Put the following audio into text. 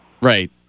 Right